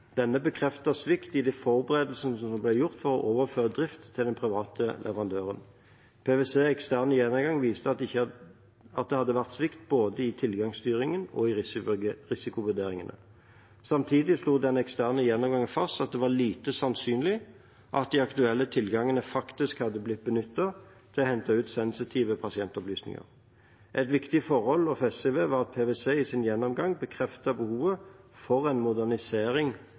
Denne bekreftet svikt i de forberedelsene som ble gjort for å overføre drift til den private leverandøren. PwCs eksterne gjennomgang viste at det hadde vært svikt både i tilgangsstyringen og i risikovurderingene. Samtidig slo den eksterne gjennomgangen fast at det var lite sannsynlig at de aktuelle tilgangene faktisk hadde blitt benyttet til å hente ut sensitive pasientopplysninger. Et viktig forhold å feste seg ved var at PwC i sin gjennomgang bekreftet behovet for en modernisering